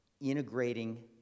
integrating